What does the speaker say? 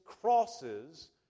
crosses